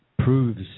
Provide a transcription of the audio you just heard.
proves